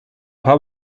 paar